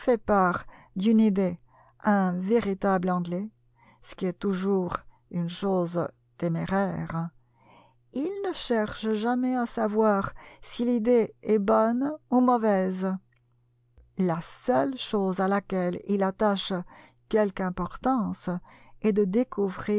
part d'une idée à un véritable anglais ce qui est toujours une chose téméraire il ne cherche jamais à savoir si l'idée est bonne ou mauvaise la seule chose à laquelle il attache quelque importance est de découvrir